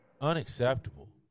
Unacceptable